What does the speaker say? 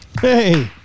Hey